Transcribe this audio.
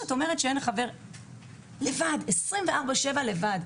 נמצאים 24/7 לבד.